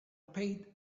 paid